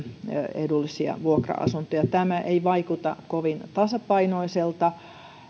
edullisia vuokra asuntoja tämä ei vaikuta kovin tasapainoiselta